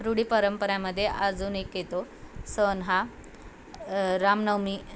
रूढी परंपरामध्ये अजून एक येतो सण हा रामनवमी